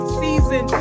season